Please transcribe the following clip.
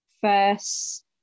First